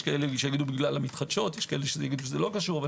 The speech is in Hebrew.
יש שיגידו שבגלל המתחדשות, יש שיגידו שלא קשור.